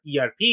ERP